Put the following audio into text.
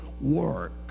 work